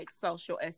Social